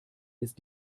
ist